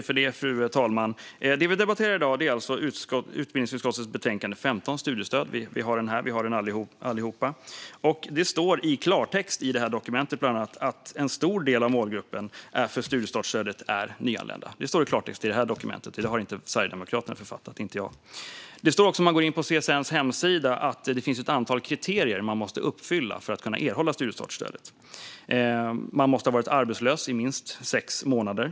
Fru talman! Det vi debatterar i dag är alltså utbildningsutskottets betänkande om utgiftsområde 15, som gäller studiestöd. Vi har den alla här. Det står i klartext i dokumentet att "en stor del av målgruppen för studiestartsstödet är nyanlända". Det står i klartext i det här dokumentet. Det har inte Sverigedemokraterna eller jag författat. Det står också på CSN:s hemsida att du måste uppfylla ett visst antal kriterier för att erhålla studiestartsstödet. Du måste ha varit arbetslös i minst sex månader.